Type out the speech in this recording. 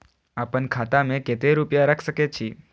आपन खाता में केते रूपया रख सके छी?